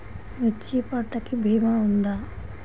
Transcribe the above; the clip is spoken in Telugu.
మిర్చి పంటకి భీమా ఉందా?